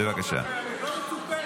לא מצופה